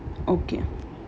okay